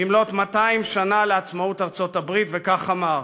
במלאות 200 שנה לעצמאות ארצות-הברית, וכך אמר: